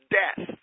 death